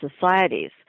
societies